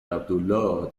عبدالله